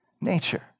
nature